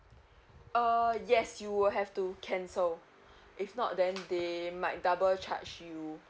uh yes you will have to cancel if not then they might double charge you